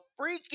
freaking